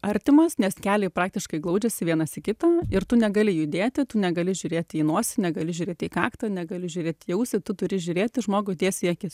artimas nes keliai praktiškai glaudžiasi vienas į kitą ir tu negali judėti tu negali žiūrėti į nosį negali žiūrėti į kaktą negali žiūrėti į ausį tu turi žiūrėti žmogui tiesiai į akis